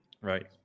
right